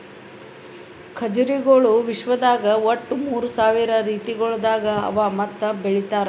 ಖಜುರಿಗೊಳ್ ವಿಶ್ವದಾಗ್ ಒಟ್ಟು ಮೂರ್ ಸಾವಿರ ರೀತಿಗೊಳ್ದಾಗ್ ಅವಾ ಮತ್ತ ಬೆಳಿತಾರ್